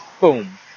boom